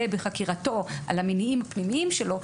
בחקירתו על המניעים הפנימיים שלו,